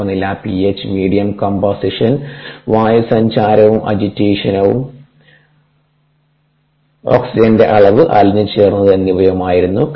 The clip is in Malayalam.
താപനില പിഎച്ച് മീഡിയം കോമ്പോസിഷൻ വായുസഞ്ചാരവും അജിറ്റേഷൻ ഓക്സിജന്റെ അളവ് അലിഞ്ഞു ചേർന്നത് എന്നിവയുമായിരുന്നു